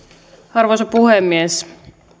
arvoisa puhemies